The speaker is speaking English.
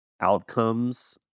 outcomes